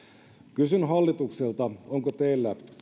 kysyn hallitukselta onko teillä